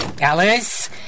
Alice